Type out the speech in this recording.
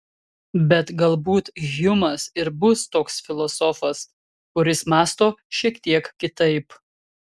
bet galbūt hjumas ir bus toks filosofas kuris mąsto šiek tiek kitaip